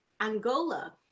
Angola